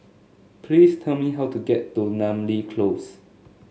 please tell me how to get to Namly Close